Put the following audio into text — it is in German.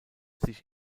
sich